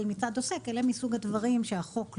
מצד עוסק - אלה מסוג הדברים שהחוק לא.